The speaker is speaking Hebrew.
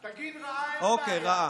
תגיד רעה, אין בעיה.